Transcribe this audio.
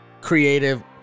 creative